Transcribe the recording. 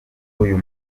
uyu